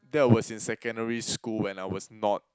that was in secondary school when I was not